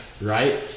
right